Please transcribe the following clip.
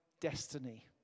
destiny